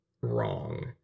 wrong